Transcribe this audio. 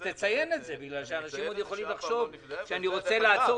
אז תציין את זה כי אנשים עוד יכולים לחשוב שאני רוצה לעצור